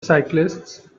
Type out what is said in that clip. cyclists